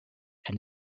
and